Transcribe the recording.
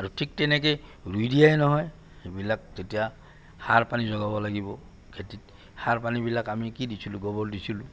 আৰু ঠিক তেনেকে ৰুই দিয়াই নহয় সেইবিলাক তেতিয়া সাৰ পানী যোগাব লাগিব খেতিত সাৰ পানীবিলাক আমি কি দিছিলোঁ গোবৰ দিছিলোঁ